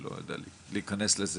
זה לא בגלל שאנחנו רוצים.